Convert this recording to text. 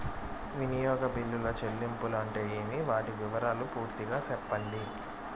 వినియోగ బిల్లుల చెల్లింపులు అంటే ఏమి? వాటి వివరాలు పూర్తిగా సెప్పండి?